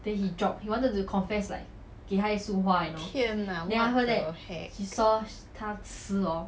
天 ah what the heck